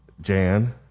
Jan